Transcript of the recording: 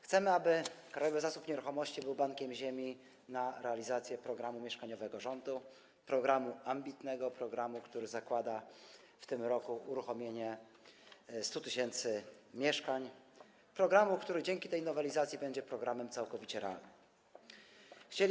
Chcemy, aby Krajowy Zasób Nieruchomości był bankiem ziemi na realizację programu mieszkaniowego rządu, programu ambitnego, programu, który zakłada w tym roku uruchomienie 100 tys. mieszkań, programu, który dzięki tej nowelizacji będzie programem całkowicie realnym.